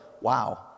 wow